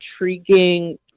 intriguing